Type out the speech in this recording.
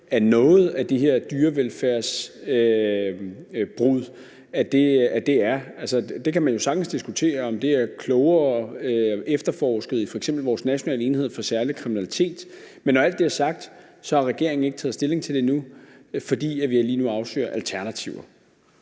noget af det her brud på dyrevelfærd er, og man kan jo sagtens diskutere, om det er klogere at efterforske i f.eks. vores National enhed for Særlig Kriminalitet. Men når alt det er sagt, har regeringen ikke taget stilling til det endnu, fordi vi lige nu afsøger alternativer.